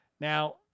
Now